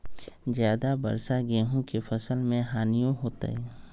ज्यादा वर्षा गेंहू के फसल मे हानियों होतेई?